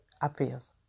appears